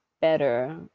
better